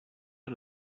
out